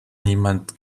niemand